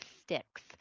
sticks